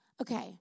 Okay